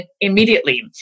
immediately